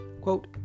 Quote